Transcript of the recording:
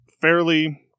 fairly